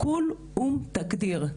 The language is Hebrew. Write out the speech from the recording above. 'כול אום תגדיר',